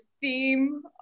theme